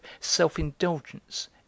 self-indulgence